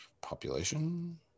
population